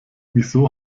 wieso